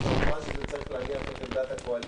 אז כמובן שצריך להניח את דעת הקואליציה.